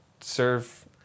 serve